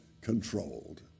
controlled